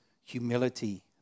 humility